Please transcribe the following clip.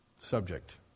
subject